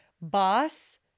boss